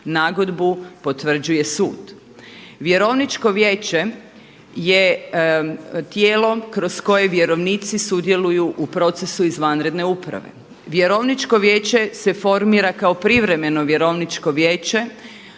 nagodbu potvrđuje sud. Vjerovničko vijeće je tijelo kroz koje vjerovnici sudjeluju u procesu izvanredne uprave. Vjerovničko vijeće se formira kao privremeno Vjerovničko vijeće